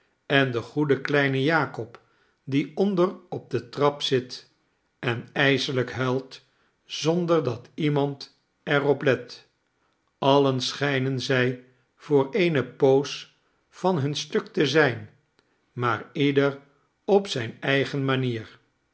en de goede kleine jakob die onder op de trap zit en ijselijk huilt zonder dat iemand er op let alien schijnen zij voor eene poos van hun stuk te zijn maar ieder op zijne eigene manier